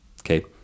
Okay